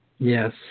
Yes